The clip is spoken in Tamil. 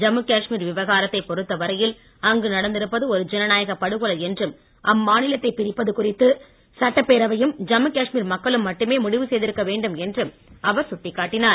ஜம்மு காஷ்மீர் விவகாரத்தை பொறுத்த வரையில் அங்கு நடந்திருப்பது ஒரு ஜனநாயக படுகொலை என்றும் அம்மாநிலத்தை பிரிப்பது குறித்து சட்டப்பேரவையும் ஜம்மு காஷ்மீர் மக்களும் மட்டுமே முடிவு செய்திருக்க வேண்டும் என்றும் அவர் சுட்டிக்காட்டினார்